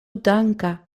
danka